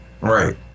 Right